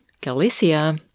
Galicia